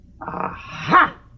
Aha